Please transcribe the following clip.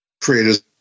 creators